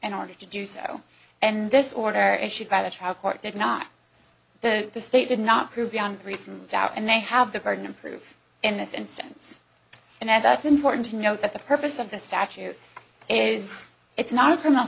in order to do so and this order issued by the trial court did not that the state did not prove beyond reasonable doubt and they have the burden of proof in this instance and that informed note that the purpose of the statute is it's not a criminal